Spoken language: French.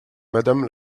madame